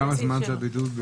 כמה זמן הבידוד?